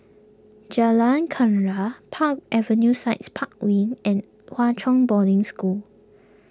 Jalan Kenarah Park Avenue sites Park Wing and Hwa Chong Boarding School